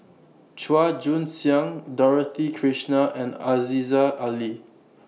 Chua Joon Siang Dorothy Krishnan and Aziza Ali